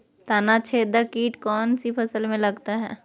तनाछेदक किट कौन सी फसल में लगता है?